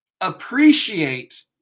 Appreciate